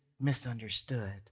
misunderstood